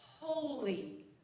holy